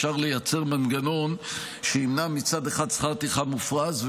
אפשר לייצר מנגנון שימנע מצד אחד שכר טרחה מופרז,